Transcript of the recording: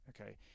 okay